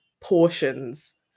portions